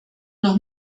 noch